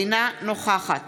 אינה נוכחת